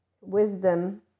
wisdom